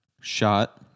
shot